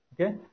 Okay